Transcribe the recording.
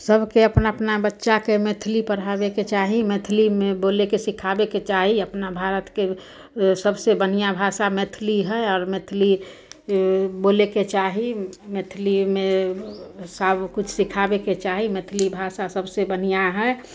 सभकेँ अपना अपना बच्चाकेँ मैथिली पढ़ाबैके चाही मैथिलीमे बोलैके सिखाबैके चाही अपना भारतके सबसे बढ़िआँ भाषा मैथिली हइ आओर मैथिली बोलैके चाही मैथिलीमे सबकिछु सिखाबैके चाही मैथिली भाषा सबसे बढ़िआँ हइ